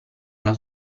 alla